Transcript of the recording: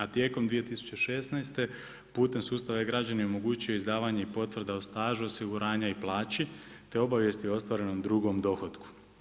A tijekom 2016. putem sustava e-građani omogućio je izdavanje i potvrda o stažu osiguranja i plaći te obavijesti o ostvarenom drugom dohotku.